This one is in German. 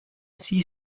sie